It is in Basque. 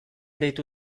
deitu